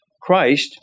Christ